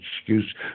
excuse